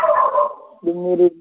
మీరు